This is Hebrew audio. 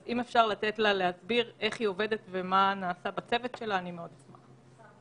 אני מציע למחוק את כל הסיפה: ולא יאוחר משלושה ימים ממועד הגשה.